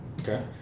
Okay